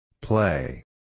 Play